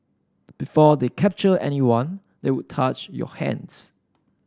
before they captured anyone they would touch your hands